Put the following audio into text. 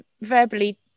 verbally